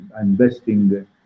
investing